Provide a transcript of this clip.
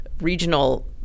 regional